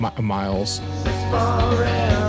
Miles